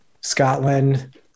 scotland